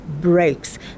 breaks